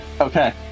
Okay